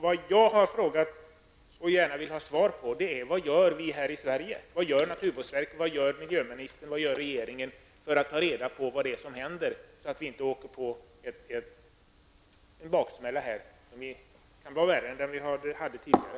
Vad jag har frågat, och gärna vill ha svar på, är vad vi här i Sverige gör. Vad gör naturvårdsverket, miljöministern och regeringen för att ta reda på vad som händer med dessa ämnen, så att vi inte åker på en baksmälla? Den kan ju bli värre än den vi hade tidigare.